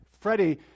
Freddie